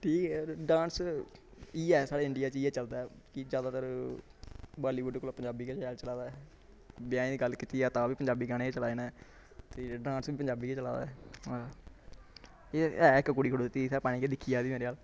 ठीक ऐ डांस इ'यै साढ़े इंडिया च इ'यै चलदा कि जैदातर बालीवुड कोला पंजाबी गै शैल चला दा ब्याहें दी गल्ल कीती जा तां बी पंजाबी गाने चला दे न फिर डांस बी पंजाबी गै चला दा हां एह् ऐ इक्क कुड़ी खड़ोती दी इत्थै पता निं केह् दिक्खी जा दी मेरे अल्ल